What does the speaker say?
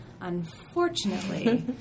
Unfortunately